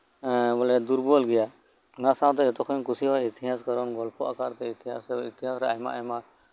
ᱮᱸ ᱵᱚᱞᱮ ᱫᱩᱨᱵᱚᱞ ᱜᱮᱭᱟ ᱚᱱᱟ ᱥᱟᱶᱛᱮ ᱡᱚᱛᱚ ᱠᱷᱚᱡ ᱤᱧ ᱠᱩᱥᱤᱣᱟᱜᱼᱟ ᱤᱛᱤᱦᱟᱸᱥ ᱠᱟᱨᱚᱱ ᱜᱚᱞᱯᱚ ᱟᱠᱟᱨ ᱛᱮ ᱤᱛᱤᱦᱟᱸᱥ ᱫᱚ ᱟᱹᱭᱠᱟᱹᱜᱼᱟ ᱟᱭᱢᱟᱼᱟᱭᱢᱟ